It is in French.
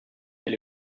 elle